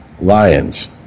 Lions